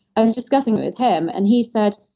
i was discussing with him, and he said,